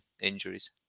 injuries